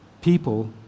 people